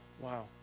Wow